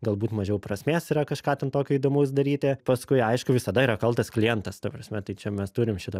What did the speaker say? galbūt mažiau prasmės yra kažką ten tokio įdomaus daryti paskui aišku visada yra kaltas klientas ta prasme tai čia mes turim šitą